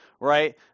right